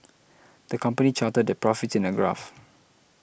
the company charted their profits in a graph